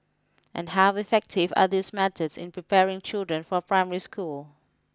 and how effective are these methods in preparing children for primary school